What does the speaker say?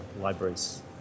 libraries